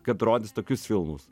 kad rodys tokius filmus